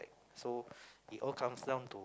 so it all comes down to